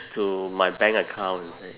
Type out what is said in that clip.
to my bank account inside